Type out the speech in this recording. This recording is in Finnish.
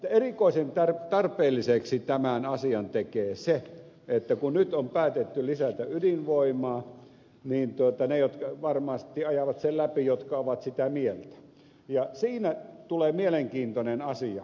erikoisen tarpeelliseksi tämän asian tekee se että kun nyt on päätetty lisätä ydinvoimaa varmasti ne ajavat sen läpi jotka ovat sitä mieltä ja siinä tulee mielenkiintoinen asia